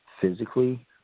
physically